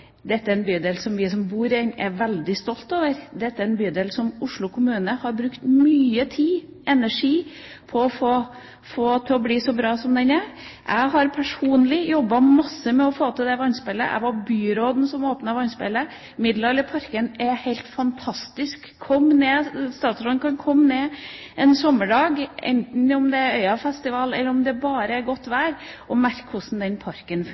Dette er en bydel som vi som bor i den, er veldig stolte over. Dette er en bydel som Oslo kommune har brukt mye tid og energi på å få til å bli så bra som den er. Jeg har personlig jobbet masse med å få til vannspeilet, jeg var byråden som åpnet vannspeilet. Middelalderparken er helt fantastisk. Statsråden kan komme ned en sommerdag – enten om det er Øyafestival eller om det bare er godt vær – og merke hvordan den parken